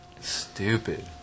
Stupid